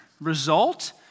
Result